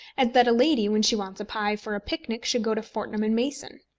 as that a lady when she wants a pie for a picnic should go to fortnum and mason.